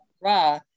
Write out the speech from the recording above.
Ra